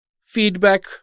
feedback